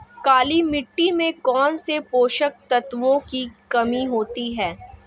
काली मिट्टी में कौनसे पोषक तत्वों की कमी होती है?